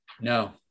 no